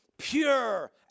Pure